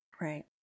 Right